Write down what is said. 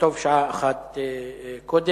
וטוב שעה אחת קודם.